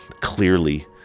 clearly